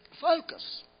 focus